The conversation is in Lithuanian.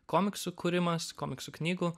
komiksų kūrimas komiksų knygų